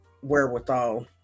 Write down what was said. wherewithal